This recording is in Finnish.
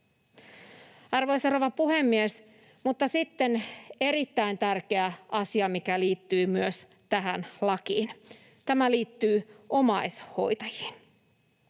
Arvoisa rouva puhemies! Mutta sitten erittäin tärkeä asia, mikä myös liittyy tähän lakiin — tämä liittyy omaishoitajiin: